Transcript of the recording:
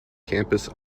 campus